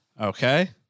Okay